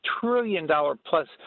trillion-dollar-plus